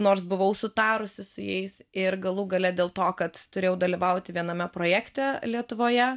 nors buvau sutarusi su jais ir galų gale dėl to kad turėjau dalyvauti viename projekte lietuvoje